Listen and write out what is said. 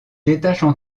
détachent